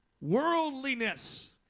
Worldliness